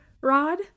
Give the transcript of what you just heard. rod